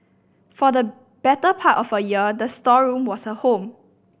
for the better part of a year the storeroom was her home